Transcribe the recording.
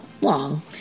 long